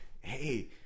hey